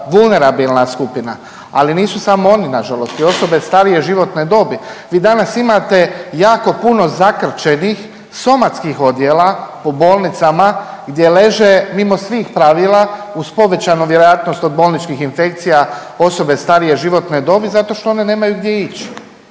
vulnerabilna skupina, ali nisu samo oni nažalost i osobe starije životne dobi. Vi danas imate jako puno zakrčenih somatskih odjela po bolnicama gdje leže mimo svih pravila uz povećanu vjerojatnost od bolničkih infekcija osobe starije životne dobi zato što one nemaju gdje ići.